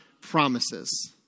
promises